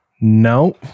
No